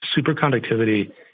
superconductivity